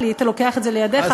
היית לוקח את זה לידיך,